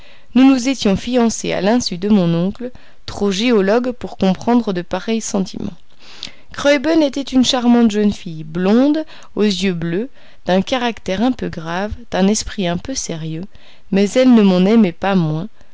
nous nous étions fiancés à l'insu de mon oncle trop géologue pour comprendre de pareils sentiments graüben était une charmante jeune fille blonde aux yeux bleus d'un caractère un peu grave d'un esprit un peu sérieux mais elle ne m'en aimait pas moins